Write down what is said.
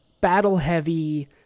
battle-heavy